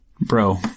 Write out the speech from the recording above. Bro